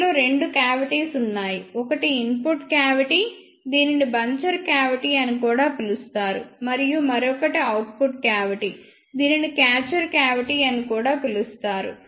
ఇందులో రెండు కావిటీస్ ఉన్నాయి ఒకటి ఇన్పుట్ క్యావిటి దీనిని బంచర్ క్యావిటి అని కూడా పిలుస్తారు మరియు మరొకటి అవుట్పుట్ క్యావిటి దీనిని క్యాచర్ క్యావిటి అని కూడా పిలుస్తారు